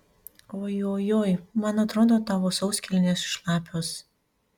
oi oi oi man atrodo tavo sauskelnės šlapios